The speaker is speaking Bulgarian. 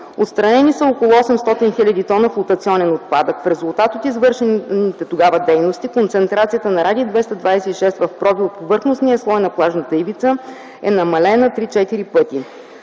Отстранени са около 800 хил. тона флотационен отпадък. В резултат от извършените тогава дейности концентрацията на радий-226 в проби от повърхностния слой на плажната ивица е намалена 3-4 пъти.